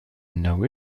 know